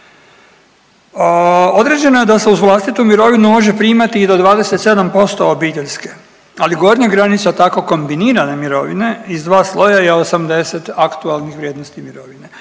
Određeno je da se uz vlastitu mirovinu može primati i do 27% obiteljske, ali gornja granica tako kombinirane mirovine iz dva sloja je 80 aktualnih vrijednosti mirovine.